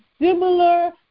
similar